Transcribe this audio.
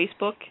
Facebook